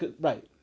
right